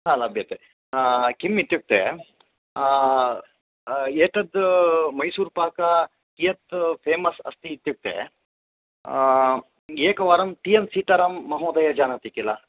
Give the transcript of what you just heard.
हा लभ्यते किम् इत्युक्ते एतद् मैसूर्पाक कियत् फ़ेमस् अस्ति इत्युक्ते एकवारं टी एन् सीताराममहोदयं जानाति किल